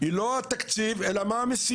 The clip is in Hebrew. היא לא התקציב, אלא מה המשימה?